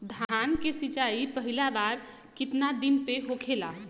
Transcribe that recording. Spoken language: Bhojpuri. धान के सिचाई पहिला बार कितना दिन पे होखेला?